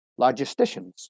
logisticians